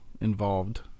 involved